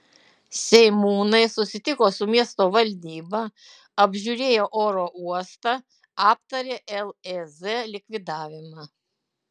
seimūnai susitiko su miesto valdyba apžiūrėjo oro uostą aptarė lez likvidavimą